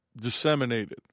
disseminated